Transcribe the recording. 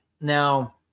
Now